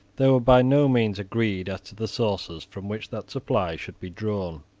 they were by no means agreed as to the sources from which that supply should be drawn.